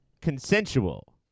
consensual